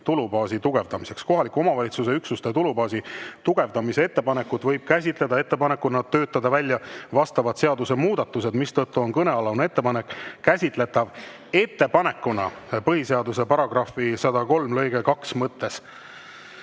tulubaasi tugevdamiseks. Kohaliku omavalitsuse üksuste tulubaasi tugevdamise ettepanekut võib käsitleda ettepanekuna töötada välja vastavad seaduse muudatused, mistõttu on kõnealune ettepanek käsitletav ettepanekuna PS § 103 lg 2 mõttes."Varro